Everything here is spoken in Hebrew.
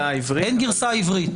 אין גרסה עברית.